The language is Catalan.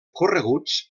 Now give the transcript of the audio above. correguts